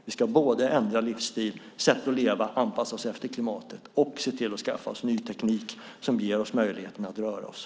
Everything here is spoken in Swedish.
Vi ska både ändra livsstil, vårt sätt att leva genom att anpassa oss efter klimatet, och skaffa ny teknik som ger oss möjlighet att röra oss.